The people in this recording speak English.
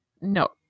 No